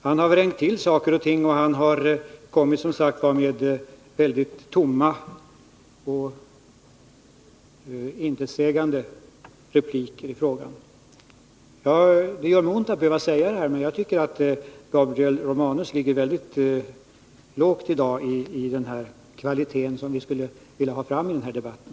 Han har vrängt till saker och ting, och han har som sagt kommit med väldigt tomma och intetsägande repliker i frågan. Det gör mig ont att behöva säga det här, men jag tycker att Gabriel Romanus ligger väldigt lågt i dag i fråga om den kvalitet som vi skulle vilja ha fram vid den här debatten.